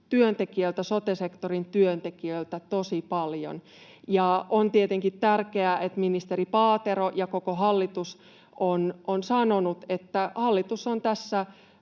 vaatii meidän sote-sektorin työntekijöiltä tosi paljon. On tietenkin tärkeää, että ministeri Paatero ja koko hallitus ovat sanoneet, että hallitus on tässä